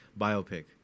biopic